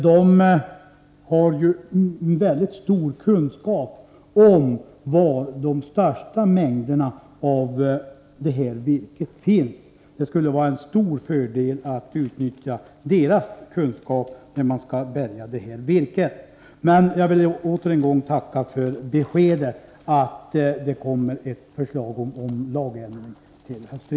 De har ju stor kunskap om var de största mängderna av detta virke finns. Det skulle vara en stor fördel att utnyttja deras kunskap när man skall bärga virket. Jag vill åter en gång tacka för beskedet att det kommer ett förslag om lagändring till höstriksdagen.